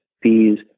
fees